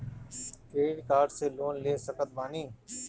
Credit card से loan ले सकत बानी?